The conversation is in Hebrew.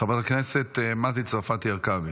חברת הכנסת מטי צרפתי הרכבי.